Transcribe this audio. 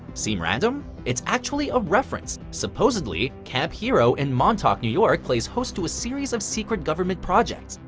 seem random? it's actually a reference. supposedly, camp hero in montauk, new york, plays host to a series of secret government projects.